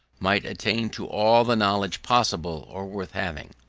might attain to all the knowledge possible or worth having.